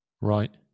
Right